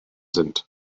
sind